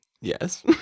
Yes